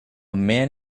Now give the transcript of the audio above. man